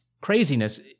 craziness